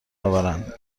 آورند